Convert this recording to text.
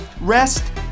rest